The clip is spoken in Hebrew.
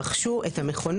כמה יש לך היום במכולת